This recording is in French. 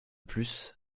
plus